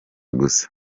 gusa